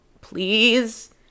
please